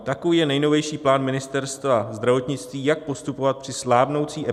Takový je nejnovější plán Ministerstva zdravotnictví, jak postupovat při slábnoucí epidemii.